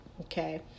Okay